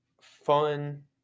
fun